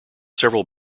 several